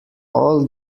all